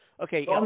Okay